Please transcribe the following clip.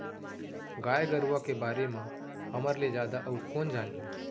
गाय गरूवा के बारे म हमर ले जादा अउ कोन जानही